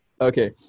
okay